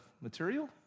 material